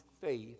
faith